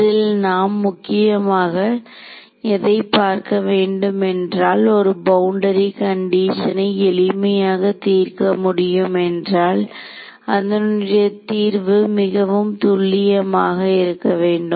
இதில் நாம் முக்கியமாக எதை பார்க்க வேண்டுமென்றால் ஒரு பவுண்டரி கண்டிஷனை எளிமையாக தீர்க்க முடியும் என்றால் அதனுடைய தீர்வு மிகவும் துல்லியமாக இருக்க வேண்டும்